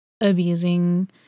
Abusing